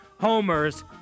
homers